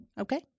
Okay